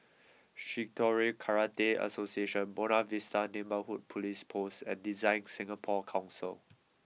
Shitoryu Karate Association Buona Vista Neighbourhood Police Post and DesignSingapore Council